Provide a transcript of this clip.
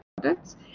products